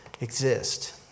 exist